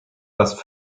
das